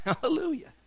hallelujah